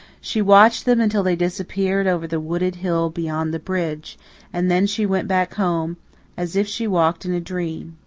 she watched them until they disappeared over the wooded hill beyond the bridge and then she went back home as if she walked in a dream.